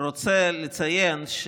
רוצה לציין,